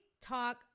talk